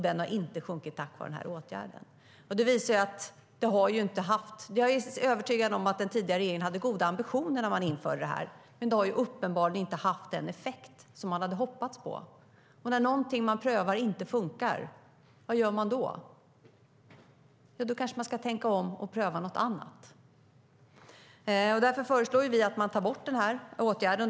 Den har inte sjunkit tack vare den här åtgärden. Därför föreslår vi att man tar bort den här åtgärden.